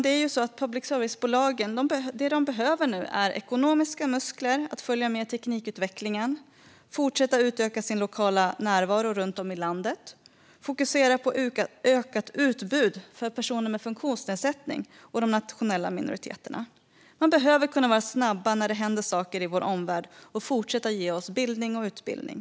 Det public service-bolagen nu behöver är ekonomiska muskler för att följa med i teknikutvecklingen, fortsätta utöka sin lokala närvaro runt om i landet och fokusera på ökat utbud för personer med funktionsnedsättning och de nationella minoriteterna. De behöver kunna vara snabba när det händer saker i vår omvärld och fortsätta att ge oss bildning och utbildning.